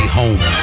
home